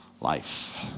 life